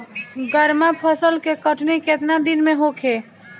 गर्मा फसल के कटनी केतना दिन में होखे?